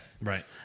right